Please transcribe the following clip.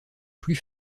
plus